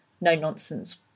no-nonsense